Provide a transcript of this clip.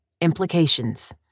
Implications